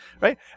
right